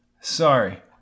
Sorry